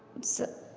सभ